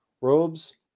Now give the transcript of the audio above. robes